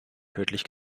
tödlich